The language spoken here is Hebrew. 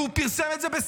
והוא פרסם את זה בספטמבר.